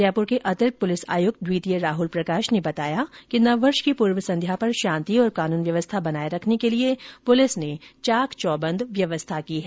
जयपुर के अतिरिक्त पुलिस आयुक्त द्वितीय राहल प्रकाश ने बताया कि नववर्ष की पूर्व संध्या पर शांति और कानून व्यवस्था बनाये रखने के लिये पुलिस ने चाक चौबंद व्यवस्था की है